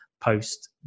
post